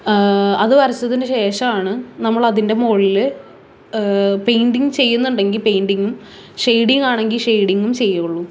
അത് വരച്ചതിന് ശേഷമാണ് നമ്മളതിന്റെ മുകളില് പെയ്റ്റിങ് ചെയ്യുന്നുണ്ടെങ്കിൽ പെയിറ്റിംഗും ഷെയ്ഡിങ്ങാണെങ്കിൽ ഷെയ്ഡിങ്ങും ചെയ്യുകയുള്ളു